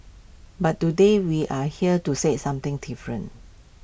but today we're here to say something different